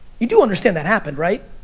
you do understand that happened, right?